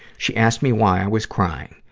she asked me why i was crying.